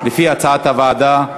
לפי הצעת הוועדה.